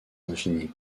infinies